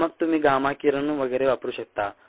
आणि मग तुम्ही गामा किरण वगैरे वापरू शकता